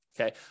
Okay